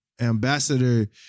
Ambassador